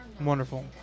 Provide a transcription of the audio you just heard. Wonderful